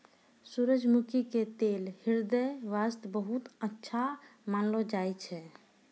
सूरजमुखी के तेल ह्रदय वास्तॅ बहुत अच्छा मानलो जाय छै